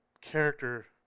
character